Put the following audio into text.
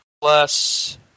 Plus